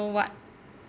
what